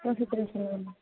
யோசிச்சுட்டு சொல்லுங்க மேம்